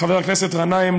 חבר הכנסת גנאים,